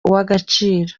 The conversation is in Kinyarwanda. uw’agaciro